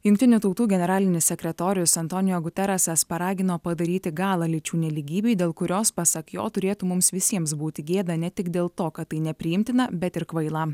jungtinių tautų generalinis sekretorius antonija guteresas paragino padaryti galą lyčių nelygybei dėl kurios pasak jo turėtų mums visiems būti gėda ne tik dėl to kad tai nepriimtina bet ir kvaila